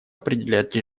определять